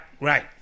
right